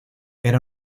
era